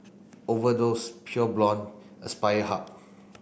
Overdose Pure Blonde Aspire Hub